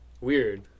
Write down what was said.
Weird